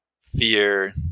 fear